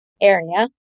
area